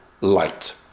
light